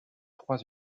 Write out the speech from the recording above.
trois